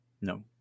No